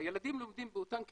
הילדים לומדים באותן כיתות,